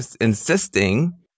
insisting